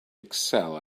excel